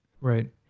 Right